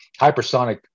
hypersonic